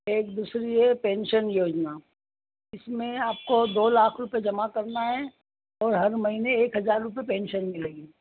एक दूसरी है पेंशन योजना इसमें आपको दो लाख रुपये जमा करना है और हर महीने एक हज़ार रुपये पेंशन मिलेगी